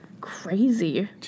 Crazy